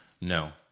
No